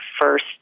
first